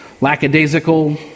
lackadaisical